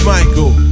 Michael